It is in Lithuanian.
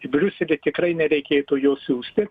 į briuselį tikrai nereikėtų jo siųsti